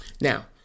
Now